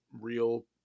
real